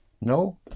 No